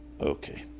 Okay